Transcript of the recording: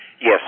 Yes